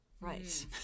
Right